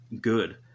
good